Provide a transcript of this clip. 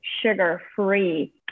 sugar-free